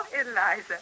Eliza